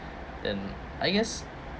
and I guess